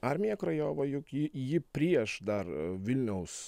armija krajova juk ji ji prieš dar vilniaus